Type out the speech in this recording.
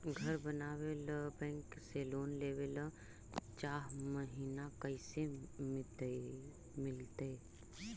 घर बनावे ल बैंक से लोन लेवे ल चाह महिना कैसे मिलतई?